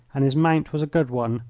and his mount was a good one,